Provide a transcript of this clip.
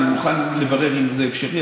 אני מוכן לברר אם זה אפשרי,